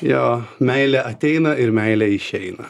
jo meilė ateina ir meilė išeina